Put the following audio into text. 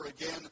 again